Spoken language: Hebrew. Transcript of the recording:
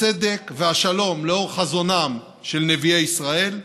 הצדק והשלום לאור חזונם של נביאי ישראל,